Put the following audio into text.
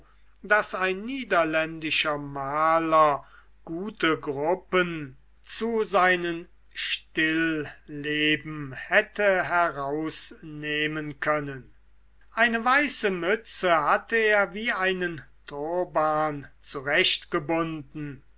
daß ein niederländischer maler gute gruppen zu seinen stilleben hätte herausnehmen können eine weiße mütze hatte er wie einen turban